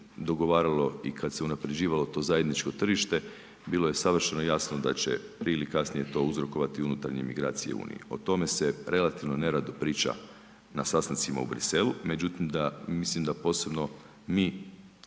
dogovaralo i kada se unapređivalo to zajedničko tržište bilo je savršeno jasno da će prije ili kasnije to uzrokovati unutarnje migracije u Uniji. O tome se relativno nerado priča na sastancima u Briselu. Međutim da, mislim da posebno mi